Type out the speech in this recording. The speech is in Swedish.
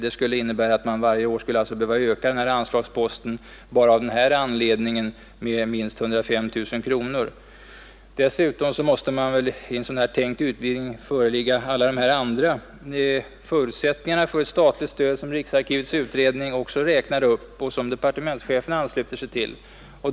Det skulle innebära att man varje år skulle behöva öka anslagsposten bara av denna anledning med minst 105 000 kronor. Dessutom måste i en sådan tänkt utveckling också föreligga alla de andra förutsättningar för ett statligt stöd som riksarkivets utredning räknar upp och som departementschefen ansluter sig till.